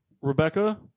Rebecca